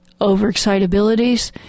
overexcitabilities